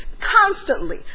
constantly